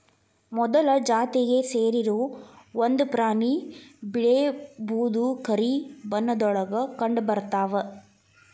ಮೊಲದ ಜಾತಿಗೆ ಸೇರಿರು ಒಂದ ಪ್ರಾಣಿ ಬಿಳೇ ಬೂದು ಕರಿ ಬಣ್ಣದೊಳಗ ಕಂಡಬರತಾವ